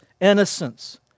innocence